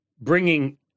bringing